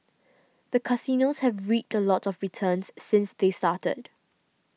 the casinos have reaped a lot of returns since they started